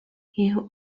you